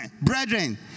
brethren